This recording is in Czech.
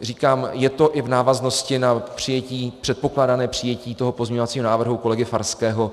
Říkám, je to i v návaznosti na předpokládané přijetí pozměňovacího návrhu kolegy Farského.